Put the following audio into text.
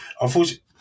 Unfortunately